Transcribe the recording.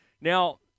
now